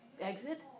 exit